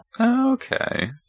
okay